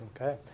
Okay